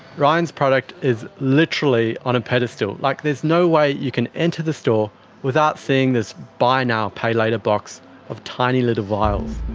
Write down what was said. ryan's product is literally on a pedestal, like there's no way you enter the store without seeing this buy now pay later box of tiny little vials.